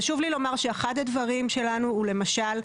חשוב לי לומר שאחד הדברים שלנו הוא למשל,